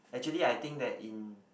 actually I think that in